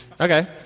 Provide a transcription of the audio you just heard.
Okay